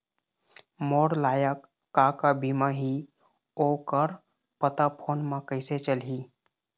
मोर लायक का का बीमा ही ओ कर पता फ़ोन म कइसे चलही?